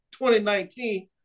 2019